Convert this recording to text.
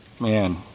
Man